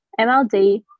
MLD